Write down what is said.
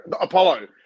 Apollo